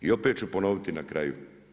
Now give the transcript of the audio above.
I opet ću ponoviti na kraju.